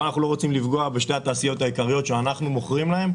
אבל אנחנו לא רוצים לפגוע בשתי התעשיות העיקריות שאנחנו מוכרים להן.